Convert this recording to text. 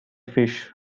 fish